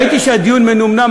ראיתי שהדיון מנומנם,